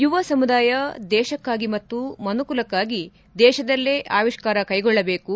ಯುವ ಸಮುದಾಯ ದೇಶಕ್ಕಾಗಿ ಮತ್ತು ಮನುಕುಲಕ್ಷಾಗಿ ದೇಶದಲ್ಲೇ ಆವಿಷ್ಕಾರ ಕ್ಲೆಗೊಳ್ಳದೇಕು